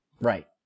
Right